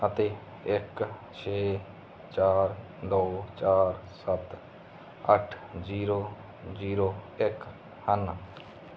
ਅਤੇ ਇੱਕ ਛੇ ਚਾਰ ਦੋ ਚਾਰ ਸੱਤ ਅੱਠ ਜ਼ੀਰੋ ਜ਼ੀਰੋ ਇੱਕ ਹਨ